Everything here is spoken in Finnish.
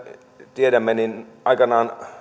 tiedämme aikanaan